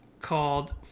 called